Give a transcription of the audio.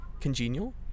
Congenial